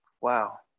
Wow